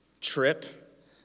trip